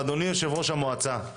ואדוני יושב ראש המועצה,